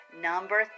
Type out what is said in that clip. number